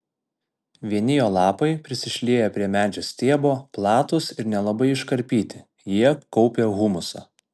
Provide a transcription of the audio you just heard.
vieni jo lapai prisišlieję prie medžio stiebo platūs ir nelabai iškarpyti jie kaupia humusą